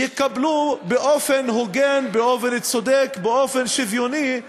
יקבלו באופן הוגן, באופן צודק, באופן שוויוני,